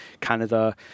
Canada